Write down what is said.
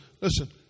listen